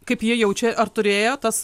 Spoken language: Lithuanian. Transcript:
kaip jie jaučia ar turėjo tas